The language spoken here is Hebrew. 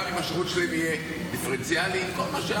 גם אם השירות שלהם יהיה דיפרנציאלי וכל מה שאמרת?